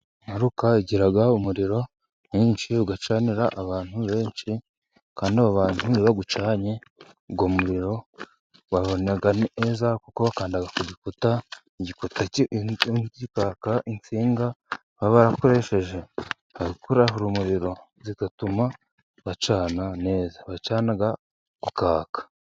Ntaruka igira umuriro mwinshi ugacanira abantu benshi, kandi abo bantu bawucanye uwo muriro babona neza, kuko bakanda kugikuta igikuta kikaka, insinga baba barakoresheje bakora urumuriro zigatuma bacana neza, bacana ukaka.